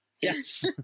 Yes